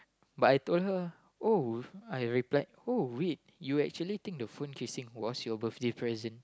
but I told her oh I replied oh wait you actually think the phone casing was your birthday present